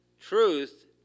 Truth